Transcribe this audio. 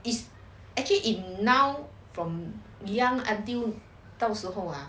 is actually in now from young until 到时候 ah